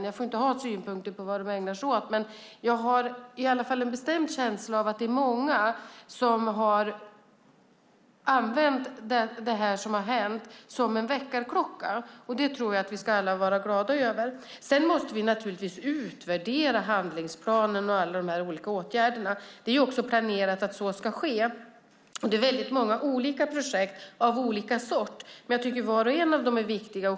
Jag får inte ha synpunkter på vad de ägnar sig åt, men jag har i alla fall en bestämd känsla av att det är många som har använt det som hänt som en väckarklocka. Det ska vi alla vara glada över. Sedan måste vi naturligtvis utvärdera handlingsplanen och alla de olika åtgärderna. Det är planerat att så ska ske. Det är många olika projekt av olika sort, men jag tycker att vart och ett av dem är viktigt.